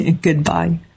Goodbye